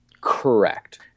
Correct